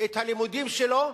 את הלימודים שלו,